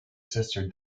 sister